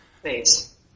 please